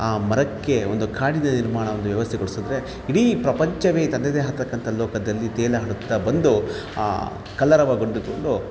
ಆ ಮರಕ್ಕೆ ಒಂದು ಕಾಡಿನ ನಿರ್ಮಾಣದ ಒಂದು ವ್ಯವಸ್ಥೆಗೊಳಿಸಿದ್ರೆ ಇಡೀ ಪ್ರಪಂಚವೇ ತನ್ನದೇ ಆದತಕ್ಕಂಥ ಲೋಕದಲ್ಲಿ ತೇಲಾಡುತ್ತಾ ಬಂದು ಕಲರವ